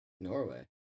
Norway